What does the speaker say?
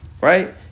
right